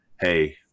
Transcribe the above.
hey